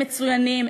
הם מצוינים,